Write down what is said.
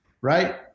right